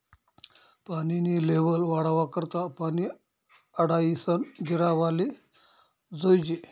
पानी नी लेव्हल वाढावा करता पानी आडायीसन जिरावाले जोयजे